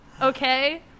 okay